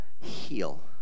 Heal